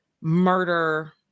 murder